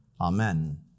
amen